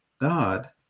God